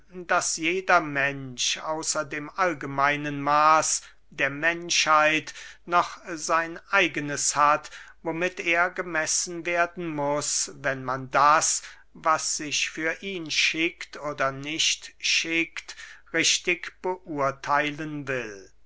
daß jeder mensch außer dem allgemeinen maß der menschheit noch sein eignes hat womit er gemessen werden muß wenn man das was sich für ihn schickt oder nicht schickt richtig beurtheilen will